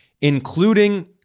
including